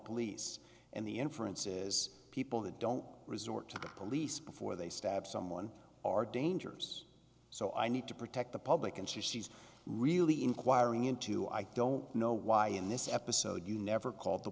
police and the inference is people that don't resort to the police before they stab someone are dangerous so i need to protect the public and she's really inquiring into i don't know why in this episode you never call the